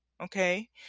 okay